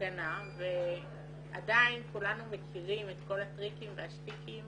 הגנה ועדיין כולנו מכירים את כל הטריקים והשטיקים